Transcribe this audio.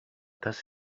does